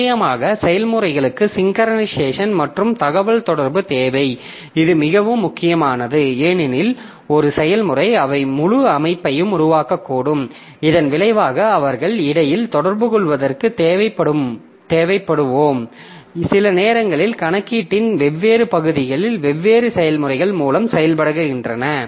நிச்சயமாக செயல்முறைகளுக்கு சிங்க்கரனைசேஷன் மற்றும் தகவல்தொடர்பு தேவை இது மிகவும் முக்கியமானது ஏனெனில் ஒரு செயல்முறை அவை முழு அமைப்பையும் உருவாக்கக்கூடும் இதன் விளைவாக அவர்கள் இடையில் தொடர்புகொள்வதற்கு தேவைப்படுவோம் சில நேரங்களில் கணக்கீட்டின் வெவ்வேறு பகுதிகள் வெவ்வேறு செயல்முறைகள் மூலம் செய்யப்படுகின்றன